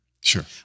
Sure